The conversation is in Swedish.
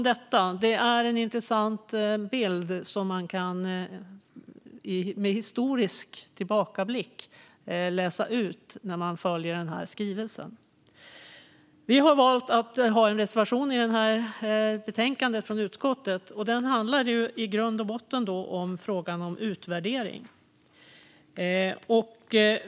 Det är en intressant bild som man med en historisk tillbakablick kan läsa ut när man följer den här skrivelsen. Men nog om detta! Vi har valt att avge en reservation i betänkandet från utskottet. Den handlar i grund och botten om frågan om utvärdering.